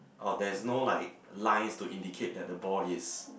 or there's no like lines to indicate that the ball is